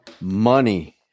money